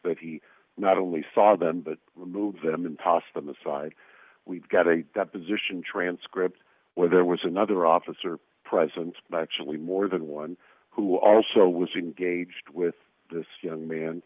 that he not only saw them but removed them and tossed them aside we've got a deposition transcript where there was another officer present actually more than one who also was engaged with this young man